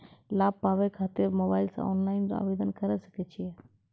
लाभ पाबय खातिर मोबाइल से ऑनलाइन आवेदन करें सकय छियै?